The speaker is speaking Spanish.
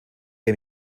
que